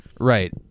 Right